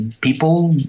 People